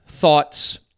Thoughts